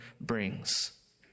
brings